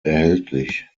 erhältlich